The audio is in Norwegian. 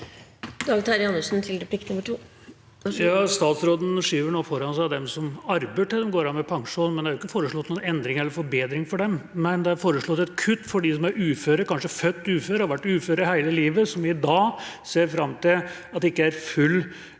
Dag Terje Andersen (A) Statsråden sky- ver nå foran seg dem som arbeider til de går av med pensjon, men det er jo ikke foreslått noen endringer eller forbedringer for dem, det er foreslått et kutt for dem som er uføre, kanskje født uføre, og som har vært uføre hele livet, som i dag ser fram til at det ikke er full